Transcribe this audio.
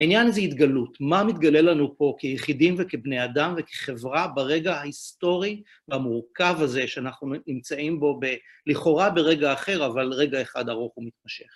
עניין הזה היא התגלות, מה מתגלה לנו פה כיחידים וכבני אדם וכחברה ברגע ההיסטורי והמורכב הזה שאנחנו נמצאים בו לכאורה, ברגע אחר, אבל רגע אחד ארוך ומתמשך.